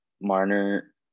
Marner